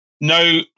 no